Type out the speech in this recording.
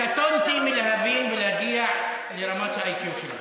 אני קטונתי מלהבין ולהגיע לרמת ה-IQ שלך.